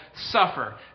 suffer